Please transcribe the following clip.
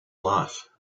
life